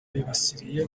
bibasiriye